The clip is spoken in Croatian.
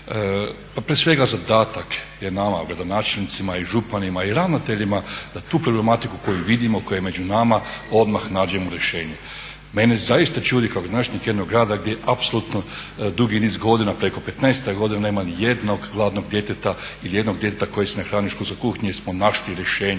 Pa prije svega zadatak je nama gradonačelnicima i županima i ravnateljima da tu problematiku koju vidimo, koja je među nama odmah nađemo rješenje. Mene zaista čudi kao gradonačelnik jednog grada gdje apsolutno dugi niz godina preko petnaestak godina nema ni jednog gladnog djeteta, ili jednog djeteta koje se ne hrani u školskoj kuhinji jer smo našli rješenje,